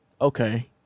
Okay